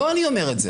לא אני אומר את זה